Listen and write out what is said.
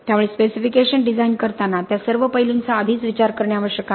त्यामुळे specification design करताना त्या सर्व पैलूंचा आधीच विचार करणे आवश्यक आहे